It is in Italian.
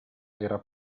era